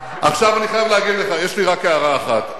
עכשיו אני חייב להגיד לך, יש לי רק הערה אחת.